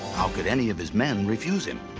how could any of his men refuse him?